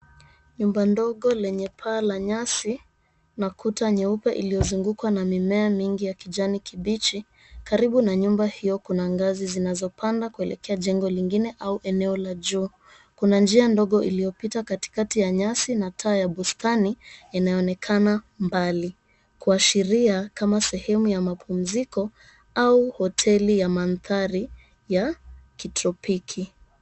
Nyumba ndogo yenye paa ya nyasi na kuta nyeupe iliyozungukwa na mimea mingi ya kijani kibichi. Karibu na nyumba hio kuna ngazi zinazopanda kuelekea jengo lingine au eneo ya juu. Kuna njia ndogo iliyopita katikati ya nyasi na taa ya bustani inaonekana mbali kuashiria kama sehemu ya mapumziko au hoteli ya maanthari ya kitropiki